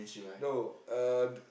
no uh the